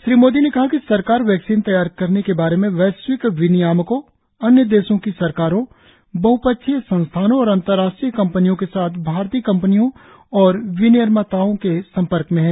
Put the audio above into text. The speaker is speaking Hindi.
श्री मोदी ने कहा कि सरकार वैक्सीन तैयार करने के बारे में वैश्विक विनियामकों अन्य देशों की सरकारों बहपक्षीय संस्थानों और अंतर्राष्ट्रीय कम्पनियों के साथ भारतीय कम्पनियों और विनिर्माताओं के सम्पर्क में है